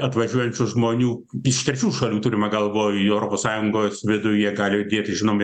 atvažiuojančių žmonių iš svečių šalių turima galvoj į europos sąjungos vidų jie gali judėti žinom ir